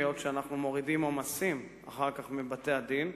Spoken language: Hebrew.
היות שאנו מורידים עומסים אחר כך מבתי-הדין.